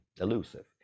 elusive